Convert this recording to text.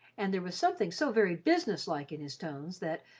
and there was something so very business-like in his tones that,